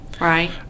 Right